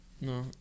no